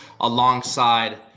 alongside